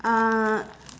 uh